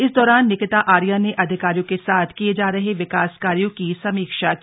इस दौरान निकिता आर्या ने अधिकारियों के साथ किये जा रहे विकास कार्यों की समीक्षा की